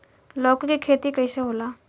लौकी के खेती कइसे होला?